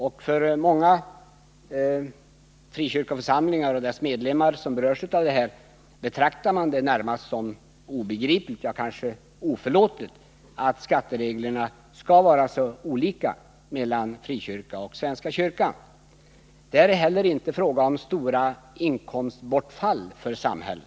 De många frikyrkoförsamlingarna och deras medlemmar som berörs av detta betraktar det närmast som obegripligt, kanske t.o.m. oförlåtligt, att skattereglerna är så olika för frikyrkorna och svenska kyrkan. Det är här inte fråga om stora inkomstbortfall för samhället.